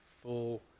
full